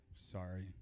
Sorry